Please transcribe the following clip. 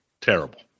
Terrible